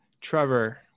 Trevor